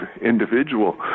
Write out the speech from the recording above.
individual